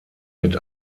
mit